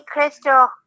Crystal